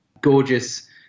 Gorgeous